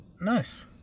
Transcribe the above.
Nice